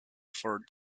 for